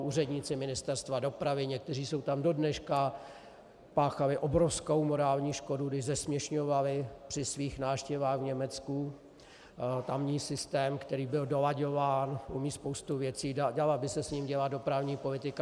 Úředníci Ministerstva dopravy, někteří jsou tam dodneška, páchali obrovskou morální škodu, když zesměšňovali při svých návštěvách v Německu tamní systém, který byl dolaďován, umí spoustu věcí, dala by se s ním dělat dopravní politika.